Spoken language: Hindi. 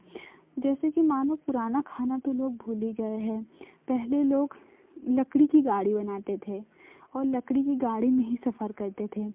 जैसे की मानो पुराना खाना तो लोग भूल ही गए हैं पहले लोग लकड़ी की गाड़ी बनाते थे और लकड़ी के गाड़ी में ही सफ़र करते थे